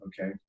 Okay